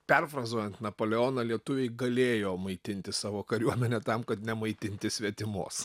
perfrazuojant napoleoną lietuviai galėjo maitinti savo kariuomenę tam kad nemaitinti svetimos